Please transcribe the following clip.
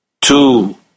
Two